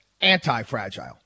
anti-fragile